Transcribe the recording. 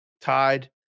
tied